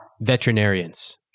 Veterinarians